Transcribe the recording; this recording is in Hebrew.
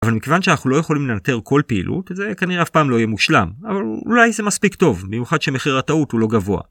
אבל מכיוון שאנחנו לא יכולים לנטר כל פעילות, זה כנראה אף פעם לא יהיה מושלם, אבל אולי זה מספיק טוב, במיוחד שמחיר הטעות הוא לא גבוה